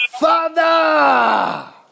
Father